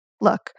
Look